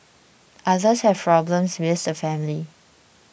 others have problems with the family